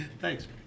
thanks